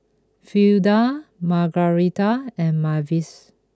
Fleda Margarita and Mavis